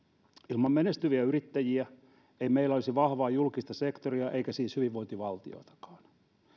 ilman menestyviä yrittäjiä ei meillä olisi vahvaa julkista sektoria eikä siis hyvinvointivaltiotakaan